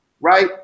right